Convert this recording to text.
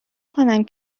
کنم